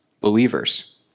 believers